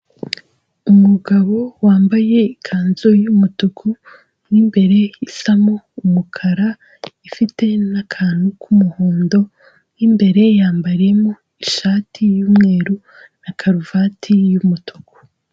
Umugabo wambaye ikanzu y'umutuku, mo imbere isamo umukara, ifite n'akantu k'umuhondo, mo imbere yambariyemo ishati y'umweru na karuvati y'umutuku.